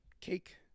Cake